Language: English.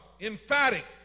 emphatic